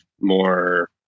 more